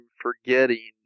forgetting